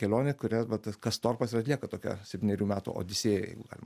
kelionė kurią va ta kastorpas ir atlieka tokią septynerių metų odisėją jeigu galima